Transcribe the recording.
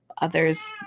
others